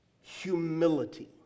humility